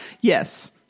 Yes